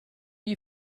you